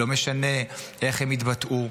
לא משנה איך הם התבטאו,